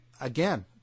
again